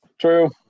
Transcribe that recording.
true